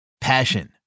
Passion